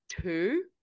two